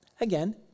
Again